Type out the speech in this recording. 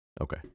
Okay